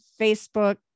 Facebook